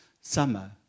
Summer